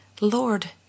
Lord